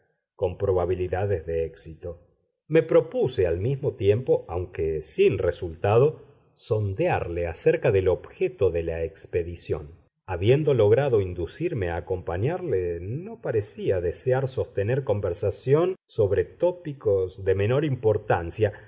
con probabilidades de éxito me propuse al mismo tiempo aunque sin resultado sondearle acerca del objeto de la expedición habiendo logrado inducirme a acompañarle no parecía desear sostener conversación sobre tópicos de menor importancia